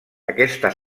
aquesta